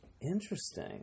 Interesting